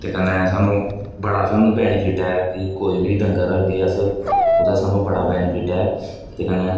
कन्नै सानूं बड़ा सानूं बैनीफिट ऐ कि कोई बी डंगर रखगे अस ओह्दा सानूं बड़ा बैनीफिट ऐ ते कन्नै